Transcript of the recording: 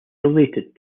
related